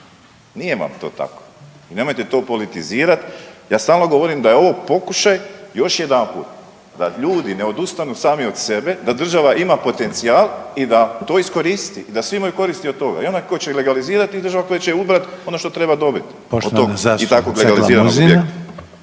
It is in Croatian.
Nije vam to tako i nemojte to politizirati, ja stalno govorim da je ovo pokušaj, još jedanput, da ljudi ne odustanu sami od sebe, da država ima potencijal i da to iskoristi, da svi imaju koristi od toga, i onaj ko će legalizirati i država koja će ubrat ono što treba dobit. **Reiner, Željko